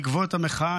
בעקבות המחאה,